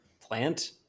plant